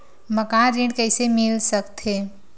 मकान ऋण कइसे मिल सकथे?